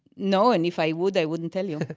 no. and if i would, i wouldn't tell you.